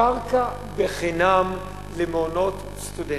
קרקע בחינם למעונות סטודנטים.